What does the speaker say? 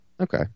Okay